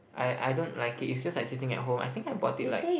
I I don't like it it's just like sitting at home I think I bought it like